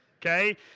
Okay